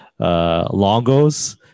Longos